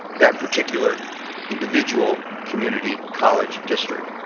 that particular individual community college district.